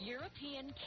European